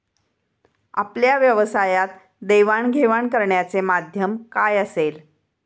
आपल्या व्यवसायात देवाणघेवाण करण्याचे माध्यम काय असेल?